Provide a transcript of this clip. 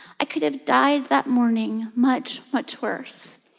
i could have died that morning. much, much worse,